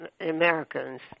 Americans